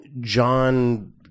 John